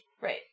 Right